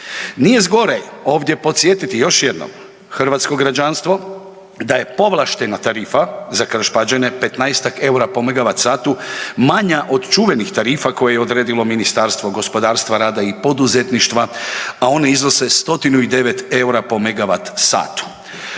Nije zgoreg ovdje podsjetiti još jednom hrvatsko građanstvo da je povlaštena tarifa za Krš-Pađene 15-tak EUR-a po megavat satu manja od čuvenih tarifa koje je odredilo Ministarstvo gospodarstva, rada i poduzetništva, a one iznose 109 EUR-a po megavat satu.